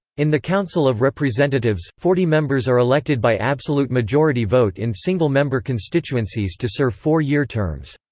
in the council of representatives, forty members are elected by absolute majority vote in single-member constituencies to serve four-year terms.